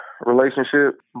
relationship